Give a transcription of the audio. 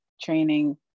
training